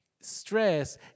Stress